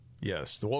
Yes